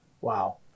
wow